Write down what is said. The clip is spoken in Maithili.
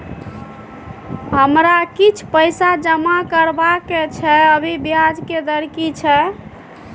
हमरा किछ पैसा जमा करबा के छै, अभी ब्याज के दर की छै?